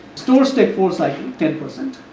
stores take four cycle ten percent